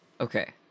Okay